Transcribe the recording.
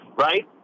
right